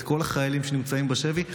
את כל החיילים שנמצאים בשבי,